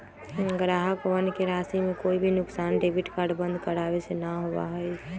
ग्राहकवन के राशि के कोई भी नुकसान डेबिट कार्ड बंद करावे से ना होबा हई